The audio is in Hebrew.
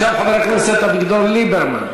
עכשיו חבר הכנסת אביגדור ליברמן.